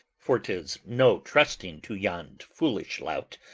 for tis no trusting to yond foolish lout,